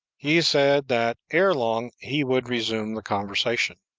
he said that ere long he would resume the conversation.